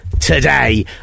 today